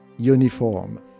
Uniform